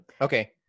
Okay